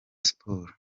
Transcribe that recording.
siporo